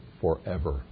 forever